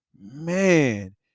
man